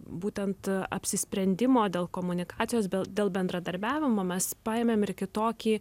būtent apsisprendimo dėl komunikacijos dėl bendradarbiavimo mes paėmėm ir kitokį